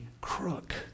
crook